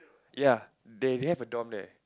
ya they have a dorm there